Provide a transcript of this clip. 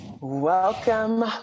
Welcome